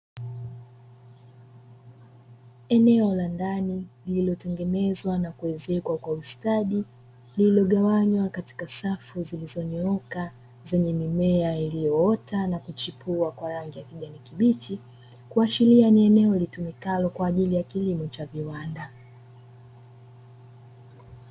Eneo la ndani lililotengenezwa na kuezekwa kwa ustadi lililogawanywa katika safu zilizonyooka zenye mimea iliyoota na kuchipua kwa rangi ya kijani kibichi. Kuashiria ni eneo litumikalo kwa ajili ya kilimo cha viwanda.